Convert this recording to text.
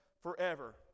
forever